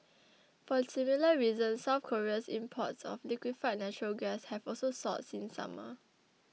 for similar reasons South Korea's imports of liquefied natural gas have also soared since summer